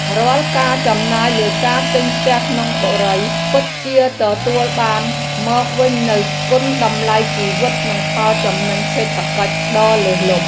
រាល់ការចំណាយលើការទិញផ្ទះក្នុងបុរីពិតជាទទួលបានមកវិញនូវគុណតម្លៃជីវិតនិងផលចំណេញសេដ្ឋកិច្ចដ៏លើសលប់។